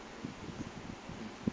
mm